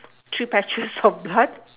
three patches of blood